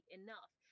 enough